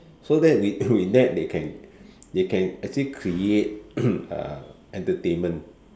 so then we with that they can they can actually create entertainment